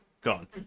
Gone